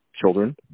children